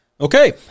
Okay